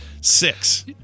Six